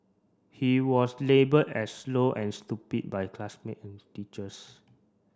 he was labelled as slow and stupid by classmate and teachers